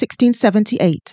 1678